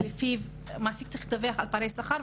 שלפיו מעסיק צריך לדווח על פערי שכר.